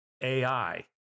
AI